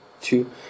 two